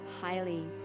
highly